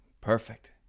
perfect